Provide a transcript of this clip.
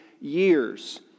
years